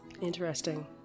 interesting